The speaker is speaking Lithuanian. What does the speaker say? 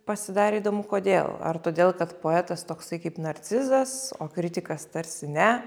pasidarė įdomu kodėl ar todėl kad poetas toksai kaip narcizas o kritikas tarsi ne